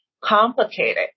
complicated